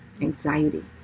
anxiety